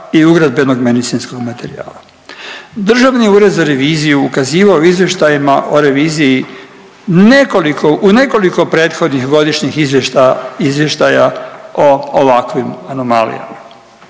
i ugradbenog medicinskog materijala. Državni ured za reviziju ukazivao je u izvještajima o reviziji u nekoliko prethodnih godišnjih izvještaja o ovakvim anomalijama.